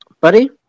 buddy